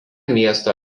miesto